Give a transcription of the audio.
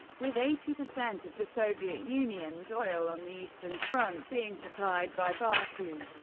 with eighty percent of the soviet union's oil on the eastern front being supplied by baku.